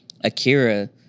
Akira